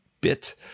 bit